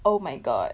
oh my god